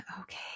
Okay